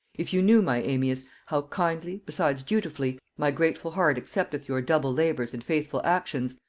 if you knew, my amias, how kindly, besides dutifully, my grateful heart accepteth your double labors and faithful actions,